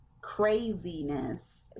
craziness